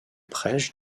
prêches